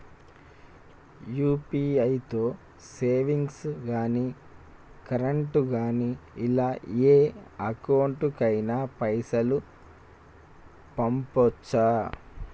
UPI తో savings గాని current గాని ఇలా ఏ అకౌంట్ కైనా పైసల్ పంపొచ్చా?